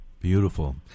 beautiful